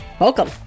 Welcome